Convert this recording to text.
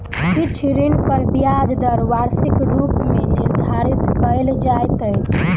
किछ ऋण पर ब्याज दर वार्षिक रूप मे निर्धारित कयल जाइत अछि